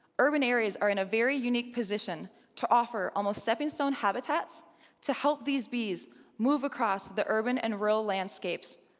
urban areas are in a very unique position to offer almost stepping-stone habitats to help these bees move across the urban and rural landscapes.